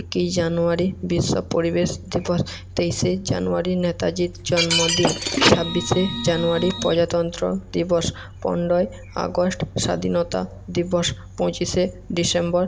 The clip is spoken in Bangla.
একই জানুয়ারি বিশ্ব পরিবেশ দিবস তেইশে জানুয়ারি নেতাজির জন্মদিন ছাব্বিশে জানুয়ারি প্রজাতন্ত্র দিবস পনেরোই আগস্ট স্বাধীনতা দিবস পঁচিশে ডিসেম্বর